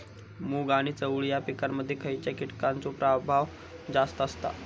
मूग आणि चवळी या पिकांमध्ये खैयच्या कीटकांचो प्रभाव जास्त असता?